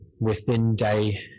within-day